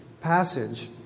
passage